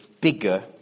bigger